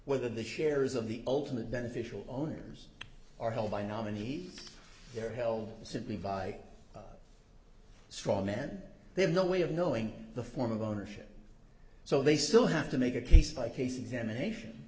whether the shares of the ultimate beneficial owners are held by nominees they're held simply by a straw man they have no way of knowing the form of ownership so they still have to make a case by case examination